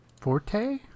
Forte